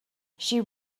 she